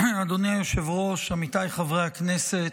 אדוני היושב-ראש, עמיתיי חברי הכנסת,